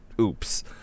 oops